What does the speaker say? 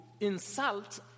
insult